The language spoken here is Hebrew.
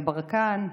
יברקן,